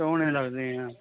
ਸੋਹਣੇ ਲੱਗਦੇ ਆ